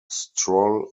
stroll